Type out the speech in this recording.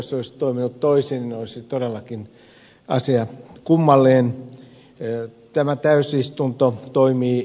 jos se olisi toiminut toisin olisi asia todellakin kummallinen